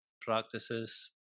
practices